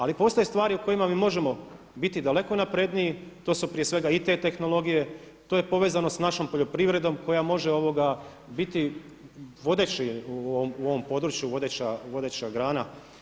Ali postoje stvari u kojima mi možemo biti daleko napredniji, to su prije svega i te tehnologije, to je povezano sa našom poljoprivredom koja može biti vodeći u ovom području, vodeća grana.